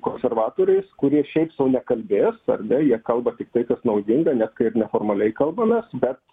konservatoriais kurie šiaip sau nekalbės ar ne jie kalba tik tai kas naudinga net kai ir neformaliai kalbamės bet